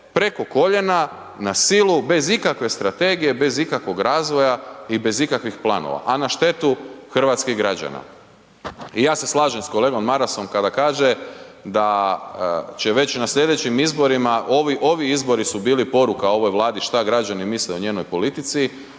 Preko koljena, na silu, bez ikakve strategije, bez ikakvog razvoja i bez ikakvih planova, a na štetu hrvatskih građana. I ja se slažem s kolegom Marasom, kada kaže da će već na sljedećim izborima, ovi izbori su bili poruka ovoj Vladi što građani misle o njenoj politici